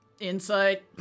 Insight